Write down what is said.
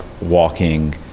walking